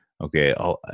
Okay